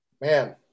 man